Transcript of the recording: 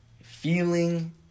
Feeling